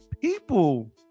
people